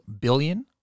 billion